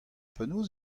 penaos